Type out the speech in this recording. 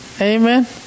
amen